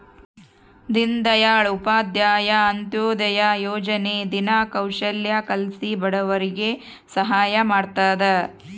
ದೀನ್ ದಯಾಳ್ ಉಪಾಧ್ಯಾಯ ಅಂತ್ಯೋದಯ ಯೋಜನೆ ದಿನ ಕೌಶಲ್ಯ ಕಲ್ಸಿ ಬಡವರಿಗೆ ಸಹಾಯ ಮಾಡ್ತದ